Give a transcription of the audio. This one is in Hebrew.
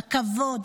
הכבוד,